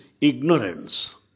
ignorance